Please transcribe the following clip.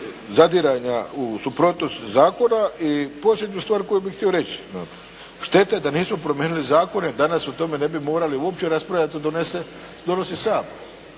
zadiranja u suprotnost zakona. I posljednju stvar koju bih htio reći, dakle, šteta je da nismo promijenili zakona, danas o tome ne bi morali uopće raspravljati, to donosi Sabor.